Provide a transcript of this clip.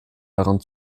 daran